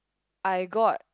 I got